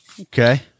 Okay